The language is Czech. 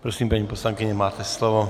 Prosím, paní poslankyně, máte slovo.